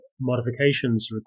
modifications